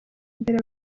imbere